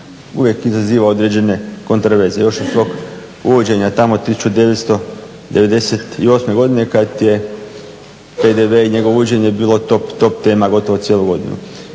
uvijek izazivao određene kontraverzije još od svog uvođenja tamo 1998.godine kada je PDV i njegovo uvođenje bilo top tema gotovo cijelu godinu.